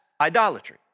idolatry